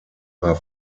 ihrer